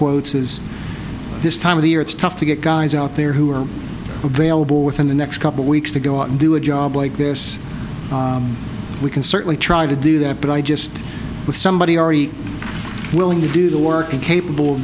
quotes is this time of the year it's tough to get guys out there who are available within the next couple weeks to go out and do a job like this we can certainly try to do that but i just with somebody already willing to do the work and capable of